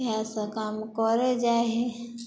इएहसब काम करै जाइ हइ